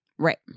Right